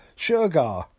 Sugar